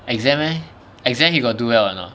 exam leh exams he got do well or not